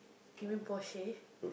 you mean Porsche